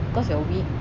cause you're weak